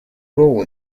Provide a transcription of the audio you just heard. role